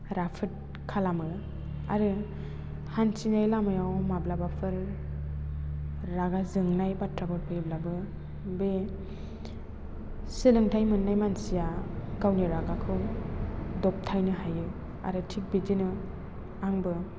राफोद खालामो आरो हान्थिनाय लामायाव माब्लाबाफोर रागा जोंनाय बाथ्राफोर फैयोब्लाबो बे सोलोंथाइ मोन्नाय मानसिया गावनि रागाखौ दबथायनो हायो आरो थिक बिदिनो आंबो